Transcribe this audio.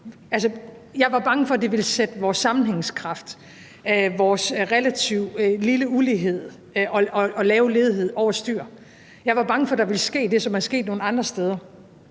Jeg var bange for, at det ville sætte vores sammenhængskraft, vores relativt lille ulighed og lave ledighed over styr. Jeg var bange for, at der ville ske det, som er sket nogle andre steder.